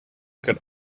could